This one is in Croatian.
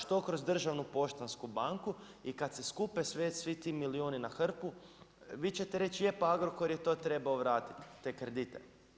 Što kroz državnu Poštansku banku i kad se skupe svi ti milijuni na hrpu, vi ćete reći, je pa Agrokor je to trebao vratiti, te kredite.